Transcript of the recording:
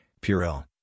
Purell